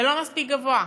זה לא מספיק גבוה.